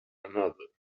another